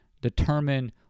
determine